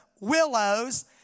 willows